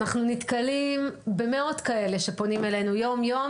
אנחנו נתקלים במאות כאלה שפונים אלינו יום-יום